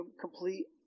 complete